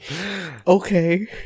okay